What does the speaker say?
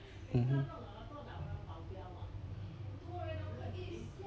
mmhmm